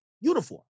uniform